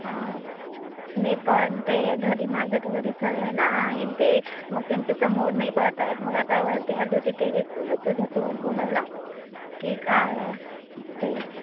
हां मी पण ते घरी माझ्या तर घरी सर्व आहे ना आई आणि ते मग त्यांच्या समोर नाही बोलता येत मग आता वरती आली होती टेरेसवर तुझ्यासोबत बोलायला की काय ते